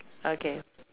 okay